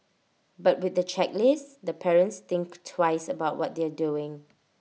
but with the checklist the parents think twice about what they are doing